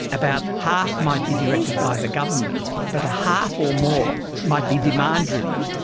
about half might be directed by the government but a half or more might be demand driven,